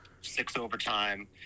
six-overtime